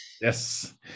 Yes